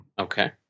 Okay